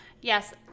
Yes